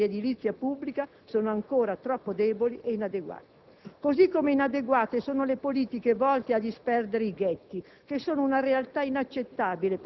Il punto è che oggi le politiche di edilizia pubblica sono ancora troppo deboli ed inadeguate; così come inadeguate sono le politiche volte a disperdere i ghetti